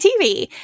TV